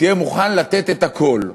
תהיה מוכן לתת את הכול.